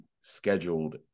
scheduled